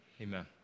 Amen